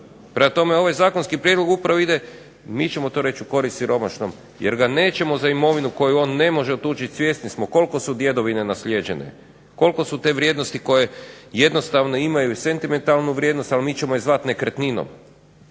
Prema tome, ovaj zakonski prijedlog upravo ide, mi ćemo to reći u korist siromašnom, jer ga nećemo za imovinu koju on ne može otuđiti, svjesni smo koliko su djedovine naslijeđene, koliko su te vrijednosti koje jednostavno imaju sentimentalnu vrijednost, ali mi ćemo je zvati nekretninom.